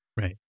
Right